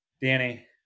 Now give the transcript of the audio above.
Danny